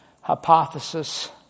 hypothesis